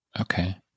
Okay